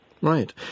Right